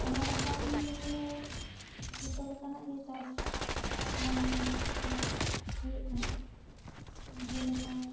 ᱚᱱᱟ ᱵᱟᱛᱟᱱ ᱡᱩᱢᱤ ᱨᱮ ᱡᱷᱚᱛᱚ ᱞᱮᱠᱟᱱᱟᱜ ᱜᱮ ᱪᱟᱥ ᱜᱟᱱᱚᱜ ᱠᱟᱱᱟ ᱪᱟᱥ ᱦᱩᱭᱩᱜ ᱠᱟᱱᱟ ᱡᱮ ᱞᱮᱠᱟ